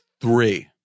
three